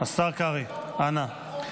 השר קרעי, אנא.